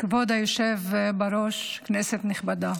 כבוד היושב בראש, כנסת נכבדה,